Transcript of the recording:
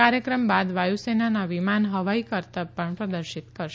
કાર્યક્રમ બાદ વાયુસેનાના વિમાન હવાઈ કરતબ પણ પ્રદર્શિત કરશે